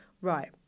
right